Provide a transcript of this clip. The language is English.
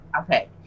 Okay